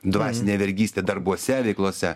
dvasinė vergystė darbuose veiklose